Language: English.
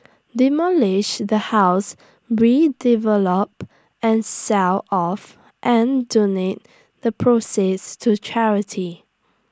demolish the house redevelop and sell off and donate the proceeds to charity